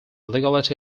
legality